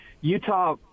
Utah